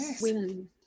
women